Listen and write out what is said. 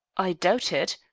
i doubt it,